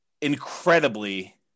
incredibly